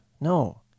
No